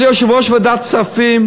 ליושב-ראש ועדת הכספים,